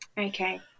Okay